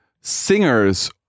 singers